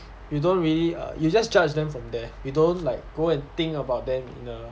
you don't really err you just judge them from there you don't like go and think about them in a